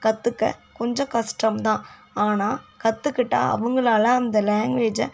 கற்றுக்க கொஞ்சம் கஷ்டம் தான் ஆனால் கற்றுக்கிட்டா அவங்களால அந்த லேங்க்வேஜை